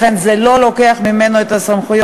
לכן זה לא לוקח ממנו את הסמכויות.